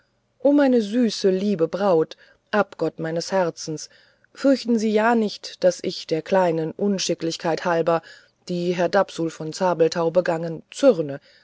o meine süße liebe braut abgott meines herzens fürchten sie ja nicht daß ich der kleinen unschicklichkeit halber die herr dapsul von zabelthau begangen zürne